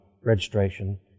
registration